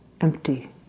Empty